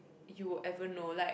you'd ever know like